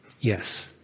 Yes